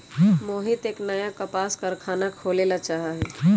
मोहित एक नया कपास कारख़ाना खोले ला चाहा हई